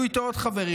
היו איתו עוד חברים.